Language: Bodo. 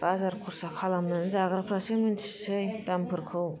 बाजार खरसा खालामनानै जाग्राफ्रासो मिथिसै दामफोरखौ